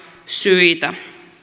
syitä